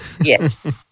Yes